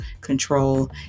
control